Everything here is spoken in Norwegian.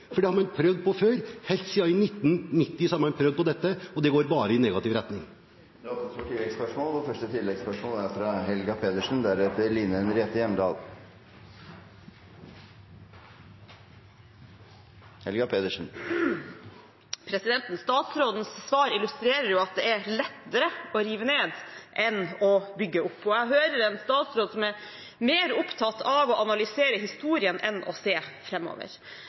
Det har man prøvd på før – helt siden 1990 har man prøvd på dette, og det går bare i negativ retning. Det åpnes for oppfølgingsspørsmål – først Helga Pedersen. Statsrådens svar illustrerer at det er lettere å rive ned enn å bygge opp. Jeg hører en statsråd som er mer opptatt av å analysere historien enn å se